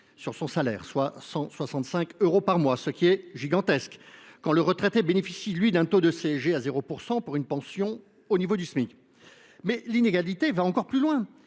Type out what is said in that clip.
CSG et de CRDS, soit de 165 euros par mois, ce qui est gigantesque, quand le retraité bénéficie, lui, d’un taux de CSG à 0 % pour une pension au niveau du Smic. L’inégalité va encore plus loin